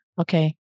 okay